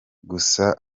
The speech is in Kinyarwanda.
gusa